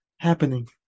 Happening